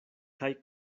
kaj